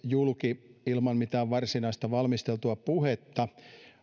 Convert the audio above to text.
julki ilman mitään varsinaista valmisteltua puhetta